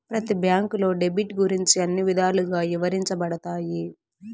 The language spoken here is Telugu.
ప్రతి బ్యాంకులో డెబిట్ గురించి అన్ని విధాలుగా ఇవరించబడతాయి